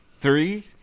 three